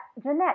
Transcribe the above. Jeanette